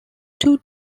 two